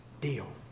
deal